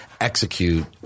execute